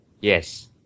yes